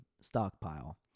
Stockpile